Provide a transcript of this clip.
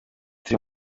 turi